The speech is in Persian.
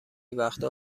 وقتا